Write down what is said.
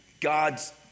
God's